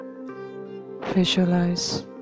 Visualize